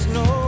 no